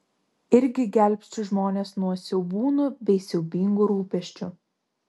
irgi gelbsčiu žmones nuo siaubūnų bei siaubingų rūpesčių